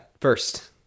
first